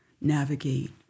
navigate